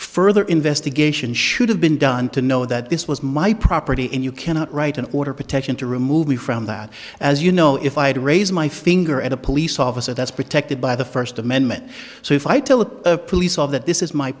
further investigation should have been done to know that this was my property and you cannot write an order protection to remove me from that as you know if i did raise my finger at a police officer that's protected by the first amendment so if i tell the police all that this is my